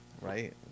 right